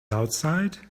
outside